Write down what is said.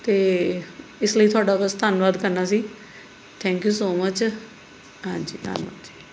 ਅਤੇ ਇਸ ਲਈ ਤੁਹਾਡਾ ਬਸ ਧੰਨਵਾਦ ਕਰਨਾ ਸੀ ਥੈਂਕ ਯੂ ਸੋ ਮੱਚ ਹਾਂਜੀ ਧੰਨਵਾਦ ਜੀ